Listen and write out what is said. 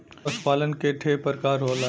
पशु पालन के ठे परकार होला